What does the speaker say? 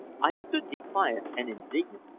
i stood defiant and indignant,